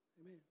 Amen